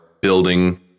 building